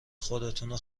خودتونو